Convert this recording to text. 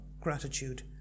gratitude